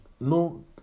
no